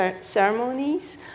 ceremonies